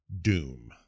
doom